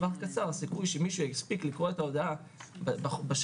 הסיכוי שמעשהו יספיק לקרוא את הודעת פרסום הבית לטווח